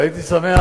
והייתי שמח,